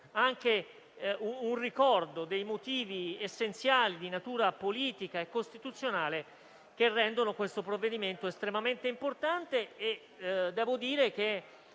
anche un ricordo dei motivi essenziali di natura politica e costituzionale che rendono questo provvedimento estremamente importante. Dopo aver